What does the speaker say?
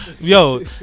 yo